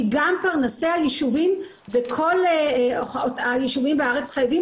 כי גם פרנסי היישובים וכל היישובים בארץ חייבים